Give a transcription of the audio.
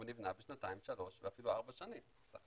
הוא נבנה בשנתיים, שלוש ואפילו ארבע שנים, צריך